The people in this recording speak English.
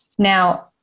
Now